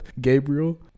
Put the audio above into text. Gabriel